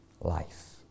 life